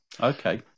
Okay